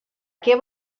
que